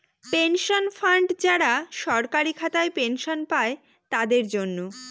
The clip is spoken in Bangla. পেনশন ফান্ড যারা সরকারি খাতায় পেনশন পাই তাদের জন্য